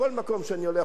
כל מקום שאני הולך,